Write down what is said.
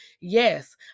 Yes